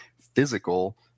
physical